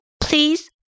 Please